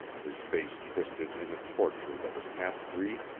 his face twisted in a torture that was half grief,